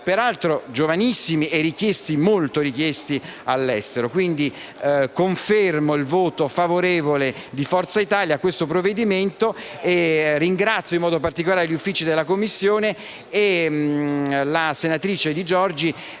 peraltro giovanissimi e molto richiesti all'estero. Confermo quindi il voto favorevole di Forza Italia su questo provvedimento e ringrazio in modo particolare gli uffici della Commissione e la senatrice Di Giorgi,